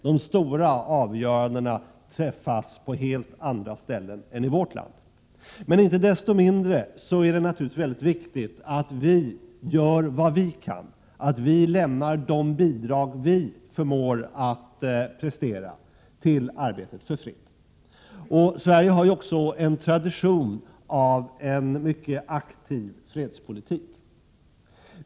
De stora avgörandena träffas på helt andra ställen än i vårt land. Men icke desto mindre är det naturligtvis viktigt att vi gör vad vi kan, att vi lämnar de bidrag som vi förmår prestera i arbetet för freden. Sverige har också en tradition av en mycket aktiv fredspolitik.